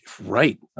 right